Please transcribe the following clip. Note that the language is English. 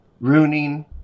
Ruining